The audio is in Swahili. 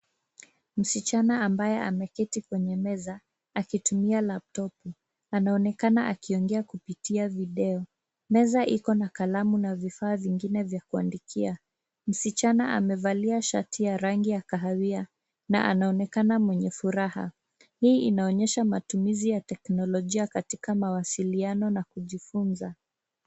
Msichana ambaye ameketi kwenye meza akitumia laptop anaonekana akiongea kupitia video. Meza iko na kalamu na vifaa vingine vya kuandikia. Msichana amevalia shati ya rangi ya kahawia na anaonekana mwenye furaha. Hii inaonyesha matumizi ya teknolojia katika mawasiliano na kujifunza.